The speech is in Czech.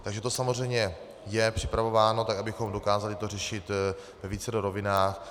Takže to samozřejmě je připravováno tak, abychom to dokázali řešit ve vícero rovinách.